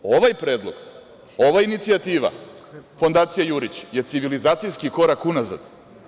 Ovaj predlog, ova inicijativa Fondacije „Jurić“ je civilizacijski korak unazad.